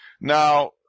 Now